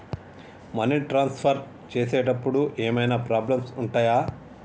Money transfer చేసేటప్పుడు ఏమైనా problems ఉంటయా?